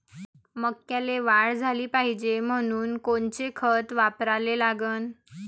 मक्याले वाढ झाली पाहिजे म्हनून कोनचे खतं वापराले लागन?